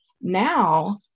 now